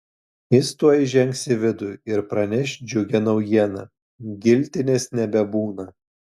jis tuoj įžengs į vidų ir praneš džiugią naujieną giltinės nebebūna